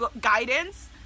guidance